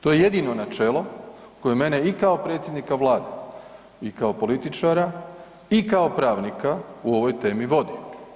To je jedino načelo koje mene i kao predsjednika Vlade i kao političara i kao pravnika u ovoj temi vodi.